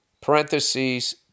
Parentheses